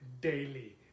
daily